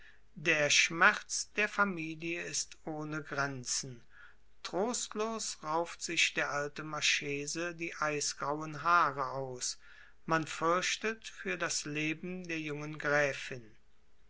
der schmerz der familie ist ohne grenzen trostlos rauft sich der alte marchese die eisgrauen haare aus man fürchtet für das leben der jungen gräfin